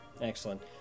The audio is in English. Excellent